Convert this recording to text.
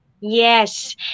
Yes